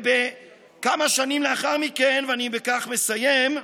ובכמה שנים לאחר מכן, ואני בכך מסיים,